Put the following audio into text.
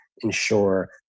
ensure